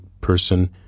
person